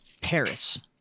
Paris